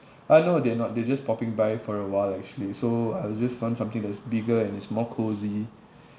uh no they're not they just popping by for a while actually so I'll just want something that is bigger and is more cosy